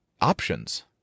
options